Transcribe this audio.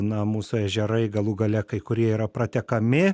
na mūsų ežerai galų gale kai kurie yra pratekami